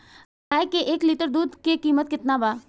गाए के एक लीटर दूध के कीमत केतना बा?